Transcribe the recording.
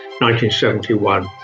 1971